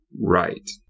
right